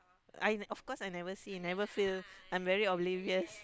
I of course I never see never feel I'm very oblivious